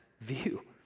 view